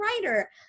writer